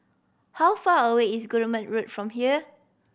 how far away is Guillemard Road from here